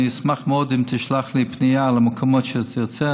אני אשמח מאוד אם תשלח לי פנייה על המקומות שתרצה,